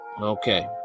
Okay